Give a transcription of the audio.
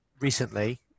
recently